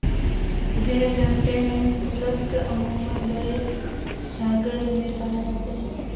भैया जानते हैं मोलस्क अमूमन बड़े सागर में पाए जाते हैं